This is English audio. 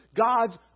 God's